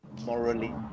morally